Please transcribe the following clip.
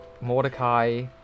Mordecai